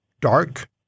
dark